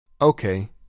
Okay